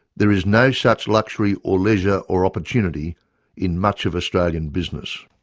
there is no such luxury or leisure or opportunity in much of australian business.